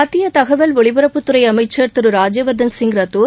மத்திய தகவல் ஒலிபரப்புத் துறை அமைச்சர் திரு ராஜ்யவர்தன் சிங் ரத்தோர்